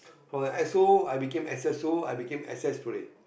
for S_O I became S_S_O I became S_S today